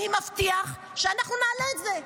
אני מבטיח שאנחנו נעלה את זה.